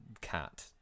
cat